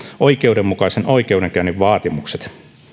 oikeudenmukaisen oikeudenkäynnin vaatimukset